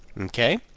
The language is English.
Okay